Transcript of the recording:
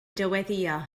dyweddïo